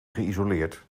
geïsoleerd